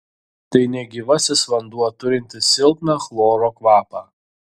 tai negyvasis vanduo turintis silpną chloro kvapą